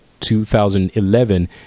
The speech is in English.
2011